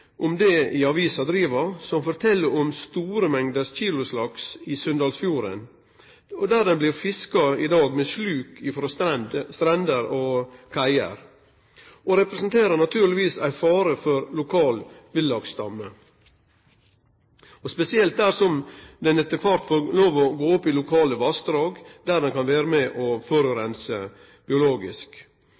om det i avisa Driva, som fortel om store mengder kiloslaks i Sunndalsfjorden, som blir fiska med sluk frå strender og kaier. Dei representerer naturlegvis ein fare for lokal villaksstamme, spesielt dersom dei etter kvart får gå opp i lokale vassdrag der dei kan vere med på å forureine biologisk.